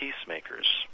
peacemakers